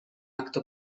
acte